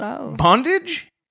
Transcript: Bondage